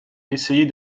essayer